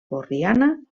borriana